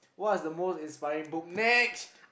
what is the most inspiring book next